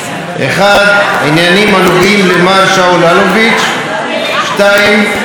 1. עניינים הנוגעים למר שאול אלוביץ'; 2. עניינים